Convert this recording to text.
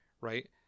right